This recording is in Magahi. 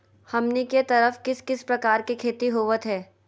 हमनी के तरफ किस किस प्रकार के खेती होवत है?